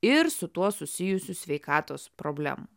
ir su tuo susijusių sveikatos problemų